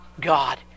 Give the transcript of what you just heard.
God